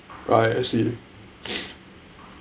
ah I see